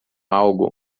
algo